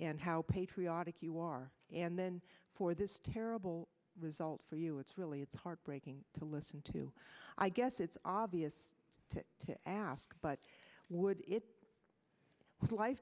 and how patriotic you are and then for this terrible result for you it's really it's heartbreaking to listen to i guess it's obvious to ask but would it li